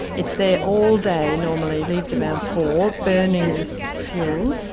it's there all day normally, leaves around four, burning this fuel,